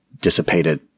dissipated